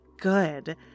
good